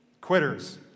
Quitters